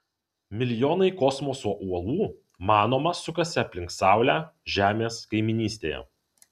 milijonai kosmoso uolų manoma sukasi aplink saulę žemės kaimynystėje